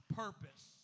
purpose